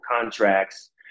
contracts